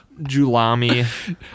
julami